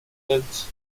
else